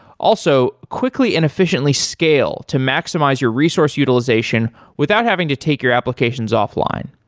also, quickly and efficiently scale to maximize your resource utilization without having to take your applications off-line.